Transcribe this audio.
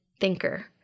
thinker